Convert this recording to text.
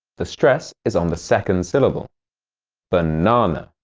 the stress is on the second syllable but and um